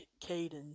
Caden